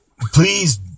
Please